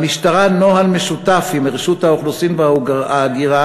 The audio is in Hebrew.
למשטרה נוהל משותף עם רשות האוכלוסין וההגירה